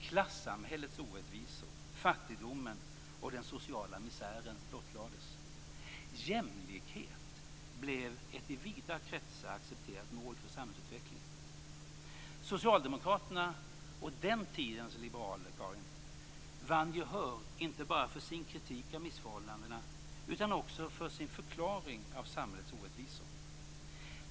Klassamhällets orättvisor, fattigdomen och den sociala misären blottlades. Jämlikhet blev ett i vida kretsar accepterat mål för samhällsutvecklingen. Socialdemokraterna och den tidens liberaler, Karin Pilsäter, vann gehör, inte bara för sin kritik av missförhållandena utan också för sin förklaring av samhällets orättvisor.